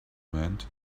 meant